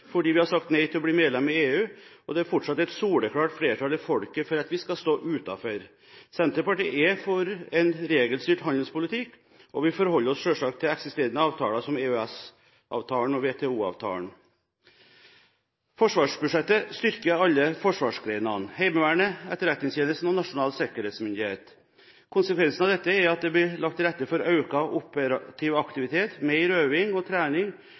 fordi vi har sagt nei til å bli medlem i EU, og det er fortsatt et soleklart flertall i folket for at vi skal stå utenfor. Senterpartiet er for en regelstyrt handelspolitikk, og vi forholder oss selvsagt til eksisterende avtaler som EØS-avtalen og WTO-avtalen. Forsvarsbudsjettet styrker alle forsvarsgrenene, Heimevernet, Etterretningstjenesten og Nasjonal sikkerhetsmyndighet. Konsekvensen av dette er at det blir lagt til rette for økt operativ aktivitet, mer øving og trening,